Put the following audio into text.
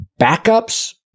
backups